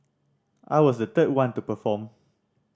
I was the third one to perform